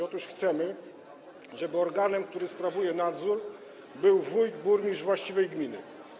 Otóż chcemy, żeby organem, który sprawuje nadzór, był tu wójt lub burmistrz właściwej gminy.